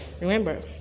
remember